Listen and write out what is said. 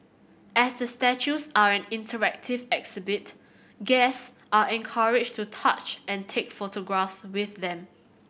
as the statues are an interactive exhibit guests are encouraged to touch and take photographs with them